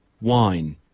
wine